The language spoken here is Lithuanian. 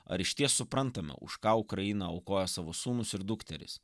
ar išties suprantame už ką ukraina aukoja savo sūnus ir dukteris